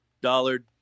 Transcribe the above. dollar